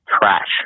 trash